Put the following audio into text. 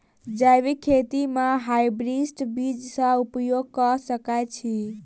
जैविक खेती म हायब्रिडस बीज कऽ उपयोग कऽ सकैय छी?